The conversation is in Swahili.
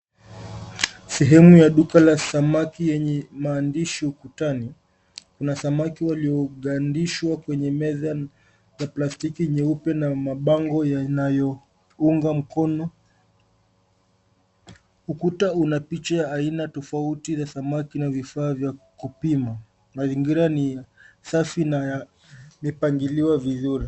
Sehemu ya duka la samaki yenye maandishi ukutani. Kuna samaki waliogandishwa kwenye meza ya plastiki nyeupe na mabango yanayounga mkono. Ukuta una picha aina tofauti za samaki na vifaa vya kupima. Mazingira ni safi na imepangiliwa vizuri.